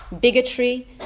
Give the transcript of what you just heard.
bigotry